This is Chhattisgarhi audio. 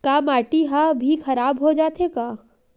का माटी ह भी खराब हो जाथे का?